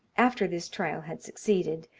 after this trial had succeeded,